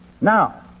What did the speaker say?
Now